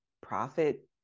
profit